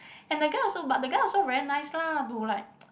and the guy also but the guy also very nice lah to like